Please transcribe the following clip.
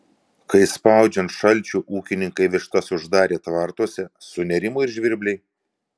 kai spaudžiant šalčiui ūkininkai vištas uždarė tvartuose sunerimo ir žvirbliai